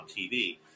TV